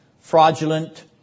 fraudulent